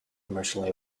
commercially